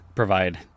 provide